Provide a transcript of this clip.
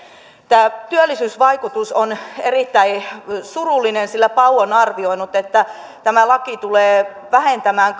tämä työllisyysvaikutus on erittäin surullinen sillä pau on arvioinut että tämä laki tulee vähentämään